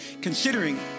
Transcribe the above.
considering